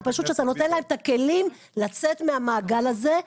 אלא פשוט שאתה נותן להם את הכלים לצאת מהמעגל הזה,